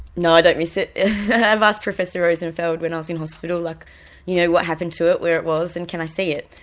no i don't miss it, i have asked professor rosenfeld when i was in hospital, like you know what happened to it, where it was, and can i see it,